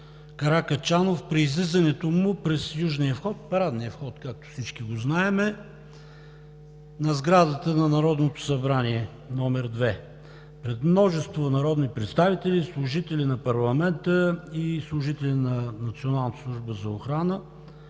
Каракачанов при излизането му през южния вход – парадния вход, както всички го знаем, на сградата на Народното събрание № 2. Пред множество народни представители, служители на парламента и служители на Националната служба за охрана